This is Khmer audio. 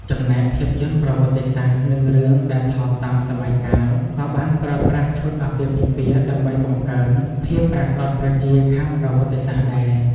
ចំណែកភាពយន្តប្រវត្តិសាស្ត្រ និងរឿងដែលថតតាមសម័យកាល ក៏បានប្រើប្រាស់ឈុតអាពាហ៍ពិពាហ៍ដើម្បីបង្កើន ភាពប្រាកដប្រជាខាងប្រវត្តិសាស្ត្រដែរ។